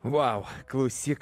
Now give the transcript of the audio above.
vau klausyk